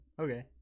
okay